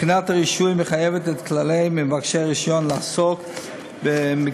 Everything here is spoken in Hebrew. בחינת הרישוי מחייבת את כלל מבקשי רישיון לעסוק במקצוע,